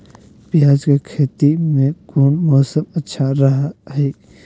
प्याज के खेती में कौन मौसम अच्छा रहा हय?